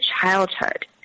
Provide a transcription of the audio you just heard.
childhood